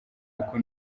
uko